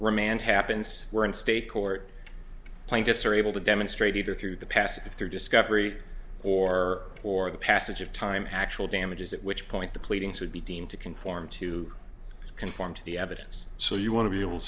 remand happens we're in state court plaintiffs are able to demonstrate either through the passage through discovery or or the passage of time actual damages at which point the pleadings would be deemed to conform to conform to the evidence so you want to be able